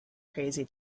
crazy